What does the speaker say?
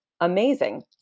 amazing